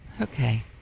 Okay